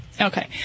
Okay